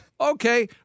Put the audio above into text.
okay